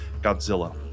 Godzilla